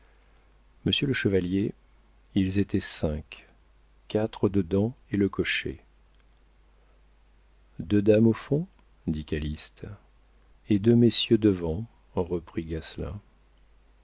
monsieur le chevalier ils étaient cinq quatre dedans et le cocher deux dames au fond dit calyste et deux messieurs devant reprit